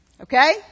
Okay